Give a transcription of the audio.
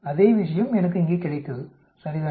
அதே விஷயம் எனக்கு இங்கே கிடைத்தது சரிதானே